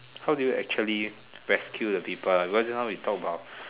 how do you actually rescue the people because just now we talk about